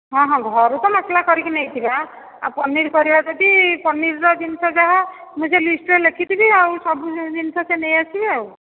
ହଁ ହଁ ଘରୁ ତ ମସଲା କରିକି ନେଇଥିବା ଆଉ ପନିର କରିବା ଯଦି ପନିରର ଜିନିଷ ଯାହା ମୁଁ ଯେଉଁ ଲିଷ୍ଟ୍ରେ ଲେଖିଥିବି ଆଉ ସବୁ ଜିନିଷ ସେ ନେଇ ଆସିବେ ଆଉ